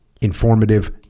informative